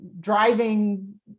driving